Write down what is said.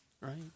right